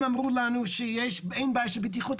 הם אמרו לנו שאין בעיה של בטיחות,